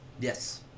Yes